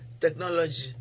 technology